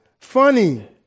funny